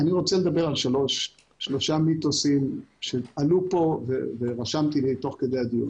אני רוצה לדבר על שלושה מיתוסים שעלו כאן ורשמתי לי תוך כדי הדיון.